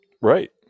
right